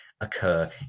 occur